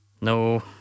No